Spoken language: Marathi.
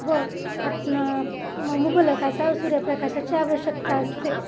व आतनं मुबलक असा सूर्यप्रकाशाची आवश्यकता असते